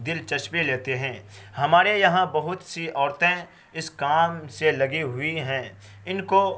دلچسپی لیتے ہیں ہمارے یہاں بہت سی عورتیں اس کام سے لگی ہوئی ہیں ان کو